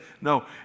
No